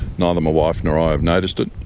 neither my wife nor i have noticed it.